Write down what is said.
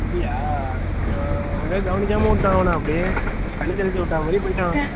அப்படியா ஒழுங்கா கவனிக்காமல் விட்டேன் அவனை அப்டி தண்ணி தெளித்து விட்டா மாதிரி போயிட்டான்